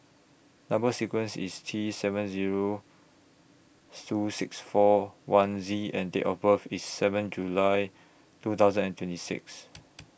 Number sequence IS T seven Zero two six four one Z and Date of birth IS seven July two thousand and twenty six